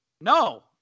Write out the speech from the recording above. No